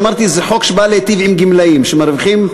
אמרתי: זה חוק שבא להיטיב עם גמלאים שמרוויחים,